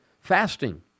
fasting